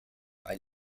ein